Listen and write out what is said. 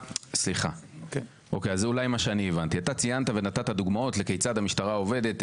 אתה ציינת ונתת דוגמאות לכיצד המשטרה עובדת,